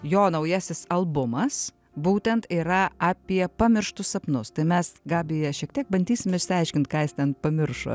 jo naujasis albumas būtent yra apie pamirštus sapnus tai mes gabija šiek tiek bandysim išsiaiškint ką jis ten pamiršo